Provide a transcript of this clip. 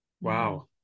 Wow